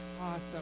Awesome